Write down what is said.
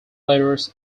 ladders